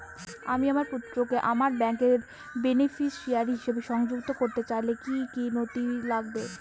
আমি আমার পুত্রকে আমার ব্যাংকের বেনিফিসিয়ারি হিসেবে সংযুক্ত করতে চাইলে কি কী নথি লাগবে?